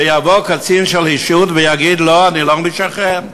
יבוא קצין שלישות ויגיד: לא, אני לא משחרר?